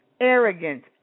arrogant